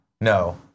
no